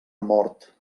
mort